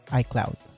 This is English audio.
iCloud